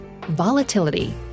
Volatility